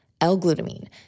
L-glutamine